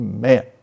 Amen